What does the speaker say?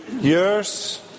years